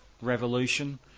revolution